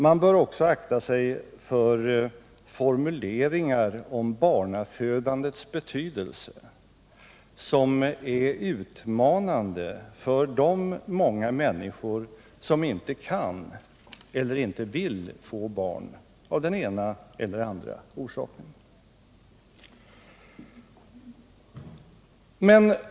Man bör också akta sig för formuleringar om barnafödandets betydelse som är utmanande för de människor som inte kan eller vill få barn av den ena eller andra orsaken.